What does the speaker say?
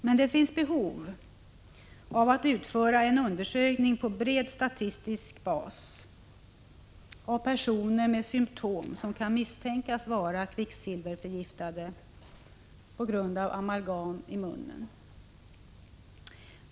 Men det finns behov av att utföra en undersökning på bred statistisk bas av personer med symptom som kan misstänkas vara kvicksilverförgiftade på grund av amalgam i munnen.